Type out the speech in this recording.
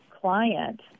client